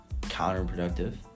counterproductive